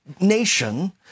nation